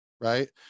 right